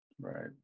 Right